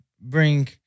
bring